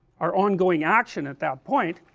our ongoing action at that point,